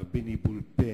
הרבה ניבול פה,